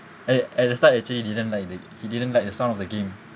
at at the start actually didn't like the he didn't like the sound of the game